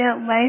life